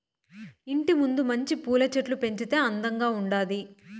ఇంటి ముందు మంచి పూల చెట్లు పెంచితే అందంగా ఉండాది